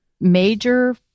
major